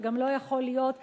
וגם לא יכול להיות מועבר,